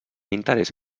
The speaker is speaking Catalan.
interès